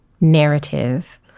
narrative